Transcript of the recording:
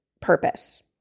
purpose